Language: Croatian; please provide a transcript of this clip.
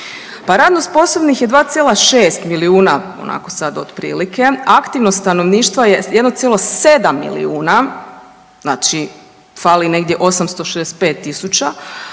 radno sposobnih je 2,6 milijuna, ako sada otprilike, aktivno stanovništvo je 1,7 milijuna, znači negdje 865 tisuća,